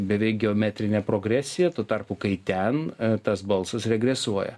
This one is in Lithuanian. beveik geometrine progresija tuo tarpu kai ten tas balsas regresuoja